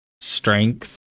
strength